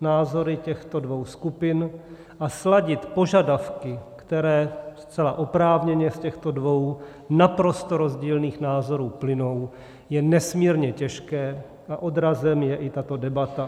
názory těchto dvou skupin a sladit požadavky, které zcela oprávněně z těchto dvou naprosto rozdílných názorů plynou, je nesmírně těžké a odrazem je i tato debata.